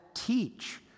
Teach